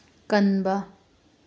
ꯀꯟꯕ